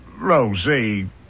Rosie